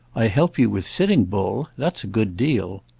i help you with sitting bull. that's a good deal.